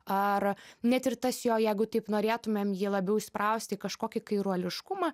ar net ir tas jo jeigu taip norėtumėm jį labiau įsprausti į kažkokį kairuoliškumą